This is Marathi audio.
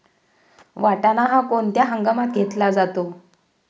वाटाणा हा कोणत्या हंगामात घेतला जातो?